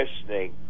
listening